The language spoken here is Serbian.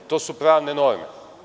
To su pravne norme.